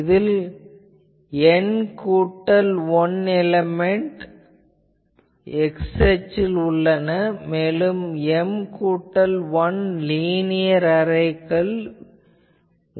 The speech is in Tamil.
இதில் N கூட்டல் 1 எலேமென்ட் x அச்சில் உள்ளன மேலும் M கூட்டல் 1 லீனியர் அரேக்கள் உள்ளன